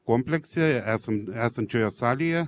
komplekse esant esančioje salėje